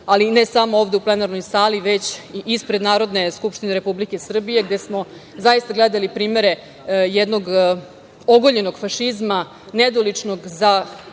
ali i ne samo ovde u plenarnoj sali, već i ispred Narodne skupštine Republike Srbije gde smo zaista gledali primere jednog ogoljenog fašizma, nedoličnog za